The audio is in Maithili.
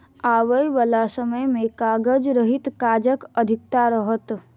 आबयबाला समय मे कागज रहित काजक अधिकता रहत